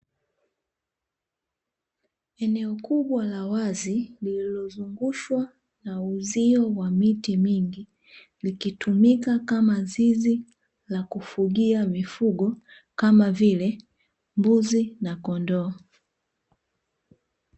Eneo kubwa la wazi, lililozungushwa na uzio wa miti mingi likitumika kama zizi la kufugia mifugo kama vile mbuzi na kondoo.